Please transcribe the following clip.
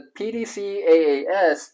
PDCAAS